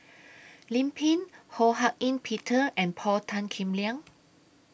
Lim Pin Ho Hak Ean Peter and Paul Tan Kim Liang